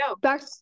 back